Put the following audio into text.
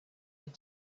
had